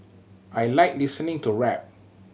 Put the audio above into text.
I like listening to rap